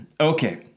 okay